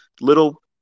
little